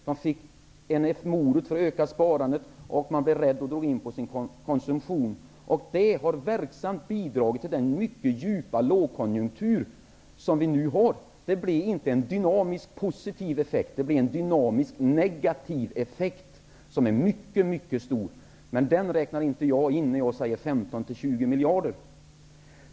Man fick en morot för ökat sparande, man blev rädd och drog in på sin konsumtion. Det har verksamt bidragit till den mycket djupa lågkonjunktur som vi nu har. Det blev inte en positiv dynamisk effekt, utan det blev en negativ dynamisk effekt som är mycket mycket stor. Men den räknar inte jag in när jag säger 15-20 miljarder.